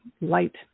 light